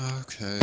Okay